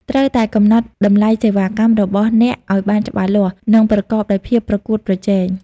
ត្រូវតែ កំណត់តម្លៃសេវាកម្ម របស់អ្នកឱ្យបានច្បាស់លាស់ និងប្រកបដោយភាពប្រកួតប្រជែង។